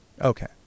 Okay